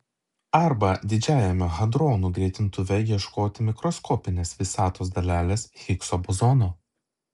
arba didžiajame hadronų greitintuve ieškoti mikroskopinės visatos dalelės higso bozono